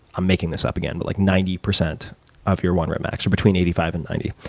i'm making this up again but like ninety percent of your one rep max, or between eighty five and ninety.